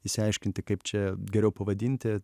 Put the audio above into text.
išsiaiškinti kaip čia geriau pavadinti